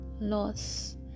loss